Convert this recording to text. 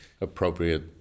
appropriate